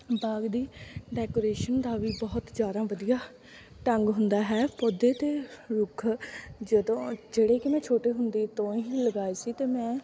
ਬਾਗ ਦੀ ਡੈਕੋਰੇਸ਼ਨ ਦਾ ਵੀ ਬਹੁਤ ਜ਼ਿਆਦਾ ਵਧੀਆ ਢੰਗ ਹੁੰਦਾ ਹੈ ਪੌਦੇ ਅਤੇ ਰੁੱਖ ਜਦੋਂ ਜਿਹੜੇ ਕਿ ਮੈਂ ਛੋਟੇ ਹੁੰਦੇ ਤੋਂ ਹੀ ਲਗਾਏ ਸੀ ਅਤੇ ਮੈਂ